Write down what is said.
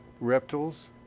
reptiles